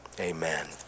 Amen